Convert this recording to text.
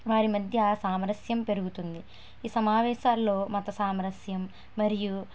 వారి మధ్య సామరస్యం పెరుగుతుంది ఈ సమావేశాలలో మత సామరస్యం మరియు